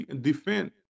defend